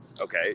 Okay